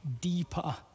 deeper